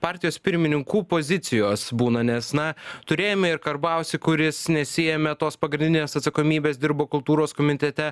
partijos pirmininkų pozicijos būna nes na turėjome ir karbauskį kuris nesiėmė tos pagrindinės atsakomybės dirbo kultūros komitete